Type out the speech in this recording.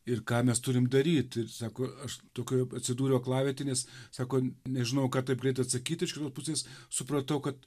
ir ką mes turim daryt ir sako aš tokioje atsidūriau aklavietėj nes sako nežinojau ką taip greit atsakyt iš kitos pusės supratau kad